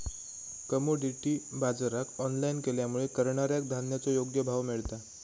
commodity बाजराक online केल्यामुळे करणाऱ्याक धान्याचो योग्य भाव मिळता